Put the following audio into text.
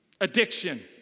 addiction